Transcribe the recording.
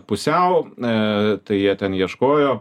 pusiau e tai jie ten ieškojo